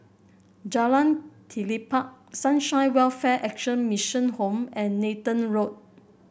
Jalan Telipok Sunshine Welfare Action Mission Home and Nathan Road